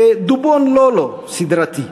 כ"דובון לֹאלֹא" סדרתי.